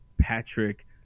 patrick